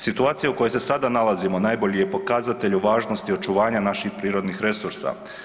Situacija u kojoj se sada nalazimo najbolji je pokazatelj o važnosti očuvanja naših prirodnih resursa.